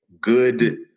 good